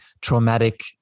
traumatic